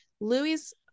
louis